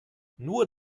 nur